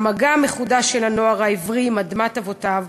המגע המחודש של הנוער העברי עם אדמת אבותיו,